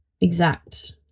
exact